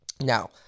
Now